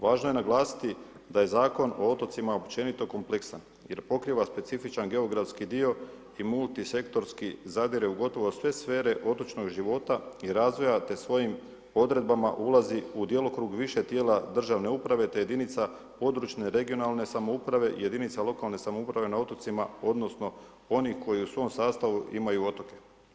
Važno je naglasiti da je Zakon o otocima općenito kompleksan jer pokriva specifičan geografski dio i multisektorski zadire u gotovo sve sfere otočnog života i razvoja, te svojim odredbama ulazi u djelokrug više tijela državne uprave, te jedinica područne regionalne samouprave, jedinica lokalne samouprave na otocima odnosno onih koji u svom sastavu imaju otoke.